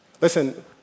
Listen